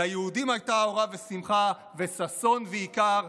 ליהודים הייתה אורה ושמחה וששון ויקר,